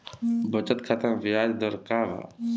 बचत खाता मे ब्याज दर का बा?